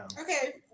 okay